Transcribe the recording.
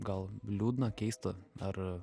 gal liūdna keista ar